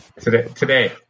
Today